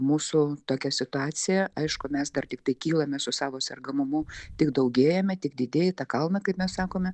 mūsų tokia situacija aišku mes dar tiktai kylame su savo sergamumu tik daugėjame tik didėja į tą kalną kaip mes sakome